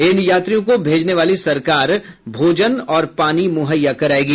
इन यात्रियों को भेजने वाली सरकार भोजन और पानी मुहैया कराएगी